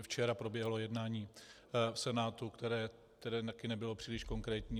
Včera proběhlo jednání v Senátu, které taky nebylo příliš konkrétní.